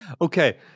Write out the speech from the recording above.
Okay